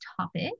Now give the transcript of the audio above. topic